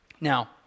Now